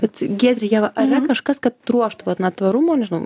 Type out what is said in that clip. bet giedre ieva ar yra kažkas kad ruoštų vat na tvarumo nežinau